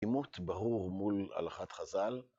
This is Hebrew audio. ‫עימות ברור מול הלכת חז"ל.